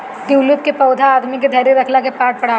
tulip के पौधा आदमी के धैर्य रखला के पाठ पढ़ावेला